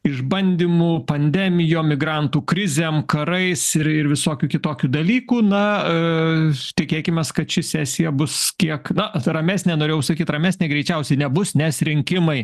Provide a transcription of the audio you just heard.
išbandymų pandemija migrantų krizėm karais ir ir visokių kitokių dalykų na tikėkimės kad ši sesija bus kiek na ramesnė norėjau sakyti ramesnė greičiausiai nebus nes rinkimai